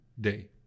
day